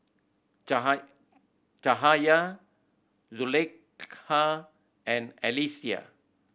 Caha Cahaya Zulaikha and Alyssa